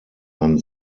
man